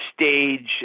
stage